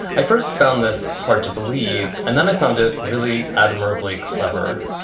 i first found this hard to believe. and then i found it really admirably clever.